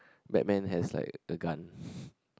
Batman has like a gun